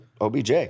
OBJ